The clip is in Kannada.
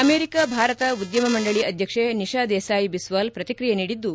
ಅಮೆರಿಕ ಭಾರತ ಉದ್ಯಮ ಮಂಡಳಿ ಅಧ್ಯಕ್ಷೆ ನಿಶಾ ದೇಸಾಯಿ ಬಿಸ್ವಾಲ್ ಪ್ರತಿಕ್ರಿಯೆ ನೀಡಿದ್ದು